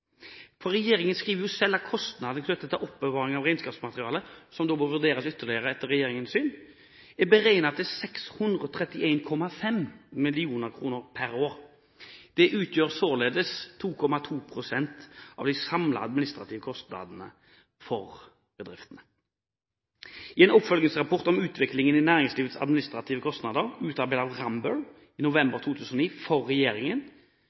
på. Regjeringen skriver selv at kostnadene knyttet til oppbevaring av regnskapsmateriale – som etter regjeringens syn bør vurderes ytterligere – er beregnet til 631,5 mill. kr per år. Det utgjør således 2,2 pst. av de samlede administrative kostnadene for bedriftene. I en oppfølgingsrapport om utviklingen i næringslivets administrative kostnader, utarbeidet av Rambøll Management i november 2009 for regjeringen,